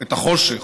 את החושך.